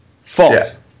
False